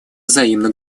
взаимно